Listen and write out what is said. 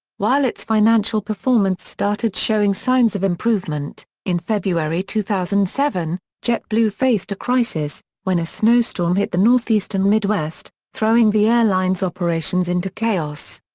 while its financial performance started showing signs of improvement, in february two thousand and seven, jetblue faced a crisis, when a snowstorm hit the northeast and midwest, throwing the airline's operations into chaos.